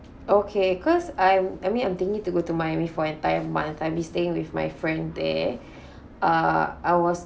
okay cause I'm I mean I'm thinking to go to miami for entire month I'll be staying with my friend there uh I was